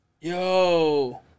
Yo